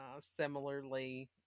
similarly